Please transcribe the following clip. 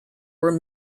were